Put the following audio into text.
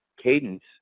cadence